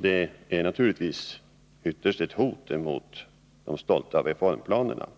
Det är naturligtvis ytterst ett hot mot de stolta reformplanerna.